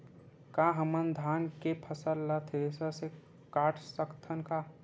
का हमन धान के फसल ला थ्रेसर से काट सकथन का?